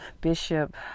Bishop